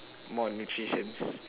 more nutritions